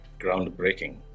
groundbreaking